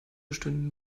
bestünde